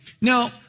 Now